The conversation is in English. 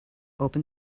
open